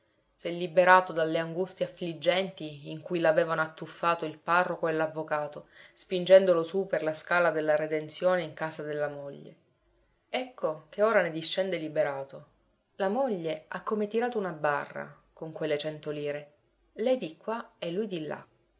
quattro s'è liberato dalle angustie affliggenti in cui l'avevano attuffato il parroco e l'avvocato spingendolo su per la scala della redenzione in casa della moglie ecco che ora ne discende liberato la moglie ha come tirato una barra con quelle cento lire lei di qua e lui di là